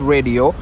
Radio